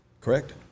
correct